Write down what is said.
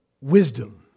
wisdom